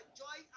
joy